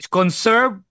conserve